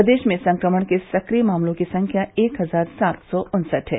प्रदेश में संक्रमण के सक्रिय मामलों की संख्या एक हजार सात सौ उन्सठ है